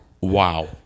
Wow